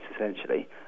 essentially